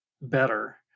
better